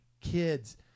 kids